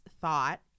thought